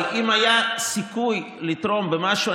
אבל אם היה סיכוי לתרום במשהו,